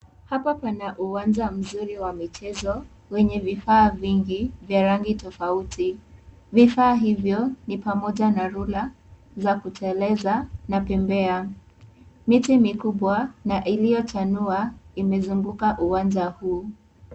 Hapa kwenye uwanja mzuri wa michezo, wenye vifaa vingi, vya rangi tofauti. Vifaa hivyo, ni pamoja na rula za kuteleza na pembeya. Miti mikubwa na iliyochanua, imezunguka uwanja huu.